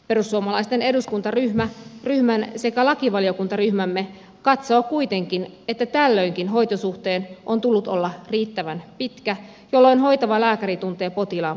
perussuomalaisten eduskuntaryhmä sekä lakivaliokuntaryhmämme katsoo kuitenkin että tällöinkin hoitosuhteen on tullut olla riittävän pitkä jolloin hoitava lääkäri tuntee potilaan parhaiten